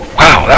wow